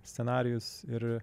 scenarijus ir